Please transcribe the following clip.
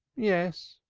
yes,